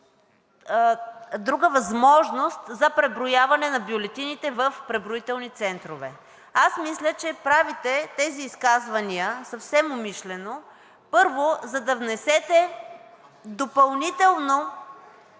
друга възможност за преброяване на бюлетините – в преброителни центрове. Аз мисля, че правите тези изказвания съвсем умишлено, първо, за да внесете допълнителни